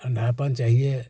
ठंडापन चाहिए